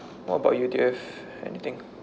what about you do you have anything